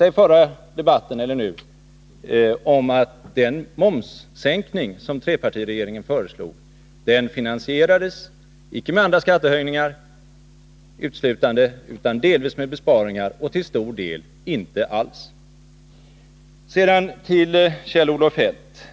den förra debatten eller nu — har kommenterat min lilla erinran om att den momssänkning som mittenregeringen föreslog finansierades, icke uteslutande med andra skattehöjningar utan delvis med besparingar och till stor del inte alls. Sedan till Kjell-Olof Feldt.